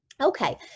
Okay